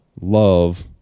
love